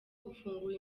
gufungura